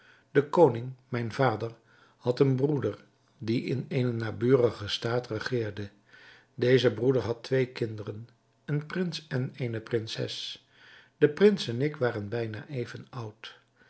de koning mijn vader had een broeder die in eenen naburigen staat regeerde deze broeder had twee kinderen een prins en eene prinses de prins en ik waren bijna even oud